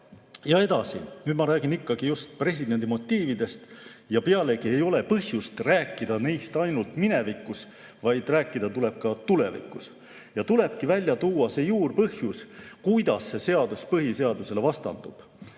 Ja edasi. Nüüd ma räägin ikkagi presidendi motiividest, pealegi ei ole põhjust rääkida neist ainult minevikus, vaid rääkida tuleb ka tulevikus. Ja tulebki välja tuua see juurpõhjus, kuidas see seadus põhiseadusele vastandub.